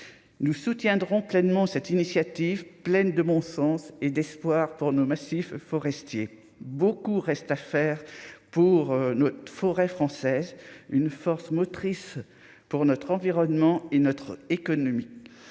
nous soutiendrons pleinement cette initiative pleine de mon sens et d'espoir pour nos massifs forestiers, beaucoup reste à faire pour notre forêt française une force motrice pour notre environnement et notre économie